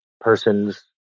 person's